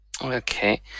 Okay